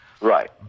Right